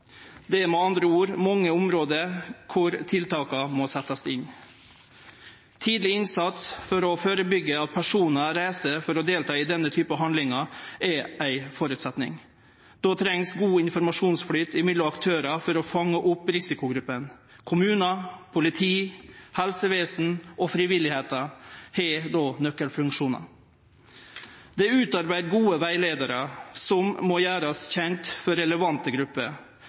Det er med andre ord mange område kor tiltaka må setjast inn. Tidleg innsats for å førebyggje at personar reiser for å delta i denne typen handlingar, er ein føresetnad. Då trengst god informasjonsflyt mellom aktørar for å fange opp risikogruppa. Kommunar, politi, helsevesen og frivilligheita har då nøkkelfunksjonar. Det er utarbeidd gode rettleiarar som må verte gjord kjende for relevante grupper.